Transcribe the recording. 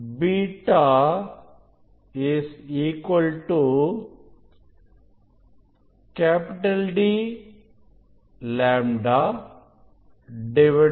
பட்டை அகலம் β D λ d